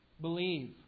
Believe